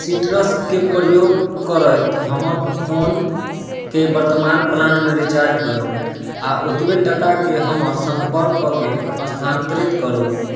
सीट्रसके प्रयोग करैत हमर फोनके वर्तमान प्लानमे रिचार्ज करू आ ओतबे टकाके हमर सम्पर्क कऽके स्थानांतरित करू